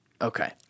Okay